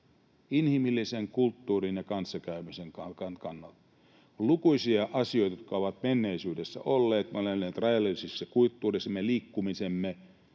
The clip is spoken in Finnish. inhimillisen kulttuurin ja kanssakäymisen kannalta. On lukuisia asioita, jotka ovat menneisyydessä olleet. Me olemme eläneet rajallisissa kulttuureissa, meidän liikkumisemme